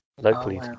Locally